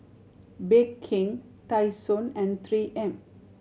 Bake King Tai Sun and Three M